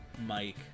Mike